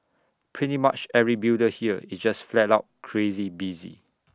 pretty much every builder here is just flat out crazy busy